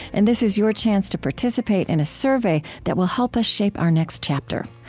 and this is your chance to participate in a survey that will help us shape our next chapter.